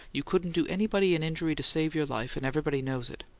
you couldn't do anybody an injury to save your life, and everybody knows it.